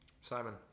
Simon